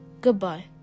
Goodbye